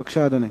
בבקשה, אדוני.